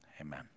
Amen